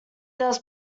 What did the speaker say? does